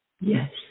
Yes